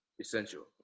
Essential